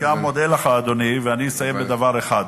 אני מודה לך, אדוני, ואני אסיים בדבר אחד.